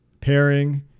pairing